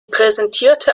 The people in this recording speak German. präsentierte